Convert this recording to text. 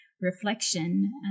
reflection